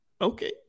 okay